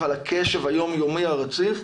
אבל הקשב היום יומי הרציף,